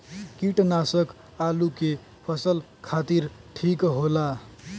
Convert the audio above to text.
कीटनाशक आलू के फसल खातिर ठीक होला